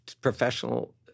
professional